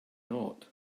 not